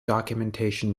documentation